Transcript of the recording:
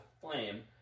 flame